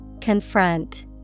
Confront